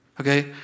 Okay